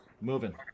Moving